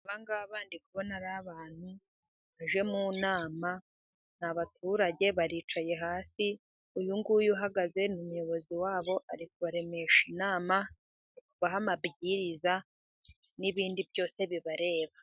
Aba ngaba ndi kubona ari abantu baje mu nama, ni abaturage baricaye hasi, uyu nguyu uhagaze ni umuyobozi wabo ari kubaremesha inama, ari kubaha amabwiriza n'ibindi byose bibareba.